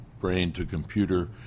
brain-to-computer